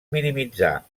minimitzar